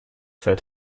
said